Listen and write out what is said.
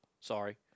sorry